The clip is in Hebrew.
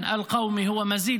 תודה